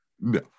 No